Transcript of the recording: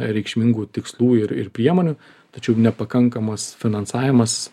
reikšmingų tikslų ir ir priemonių tačiau nepakankamas finansavimas